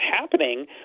happening